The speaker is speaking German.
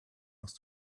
aus